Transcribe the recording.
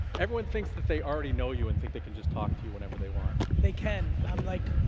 everyone thinks that they already know you and think they can just talk to you whenever they want. they can, i'm like,